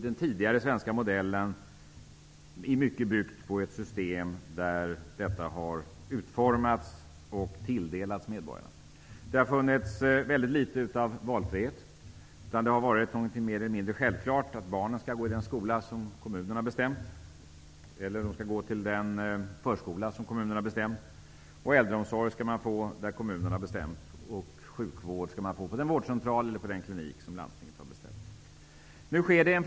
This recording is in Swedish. Den tidigare svenska modellen var utformad så, att skola, äldreomsorg och sjukvård anvisades medborgarna. Det har varit väldigt litet valfrihet. Det har varit mer eller mindre självklart att barnen skall gå i den skola eller den förskola som kommunen har bestämt, att man skall få äldreomsorg där kommunen har bestämt och sjukvård på den vårdcentral eller klinik som landstinget har bestämt.